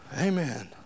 Amen